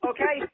Okay